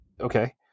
okay